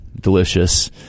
Delicious